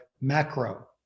macro